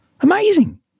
Amazing